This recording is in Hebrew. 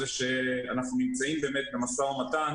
שאנחנו נמצאים במשא ומתן